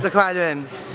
Zahvaljujem.